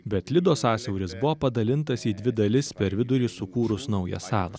bet lido sąsiauris buvo padalintas į dvi dalis per vidurį sukūrus naują salą